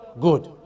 good